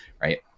right